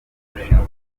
bushinwa